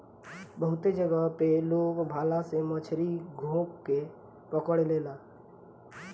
बहुते जगह पे लोग भाला से मछरी गोभ के पकड़ लेला